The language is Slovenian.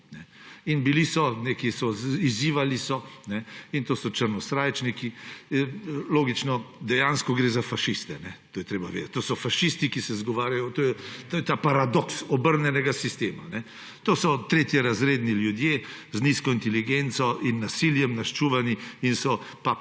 In bili so, izzivali so, in to so črnosrajčniki. Logično, dejansko gre za fašiste, to je treba vedeti. To so fašisti, ki se izgovarjajo, to je ta paradoks obrnjenega sistema. To so tretjerazredni ljudje, z nizko inteligenco in nasiljem naščuvani in so